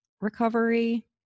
recovery